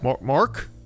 Mark